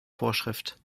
vorschrift